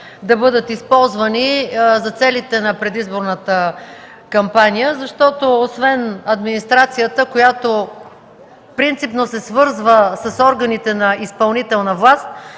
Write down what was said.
да бъдат използвани за целите на предизборната кампания, защото освен администрацията, която принципно се свързва с органите на изпълнителната власт,